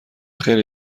خیلی